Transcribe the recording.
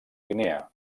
guinea